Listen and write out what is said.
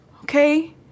Okay